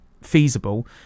feasible